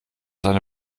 seine